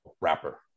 rapper